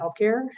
healthcare